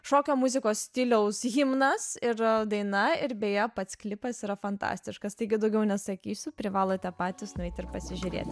šokio muzikos stiliaus himnas ir daina ir beje pats klipas yra fantastiškas taigi daugiau nesakysiu privalote patys nueit ir pasižiūrėt